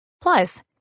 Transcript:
plus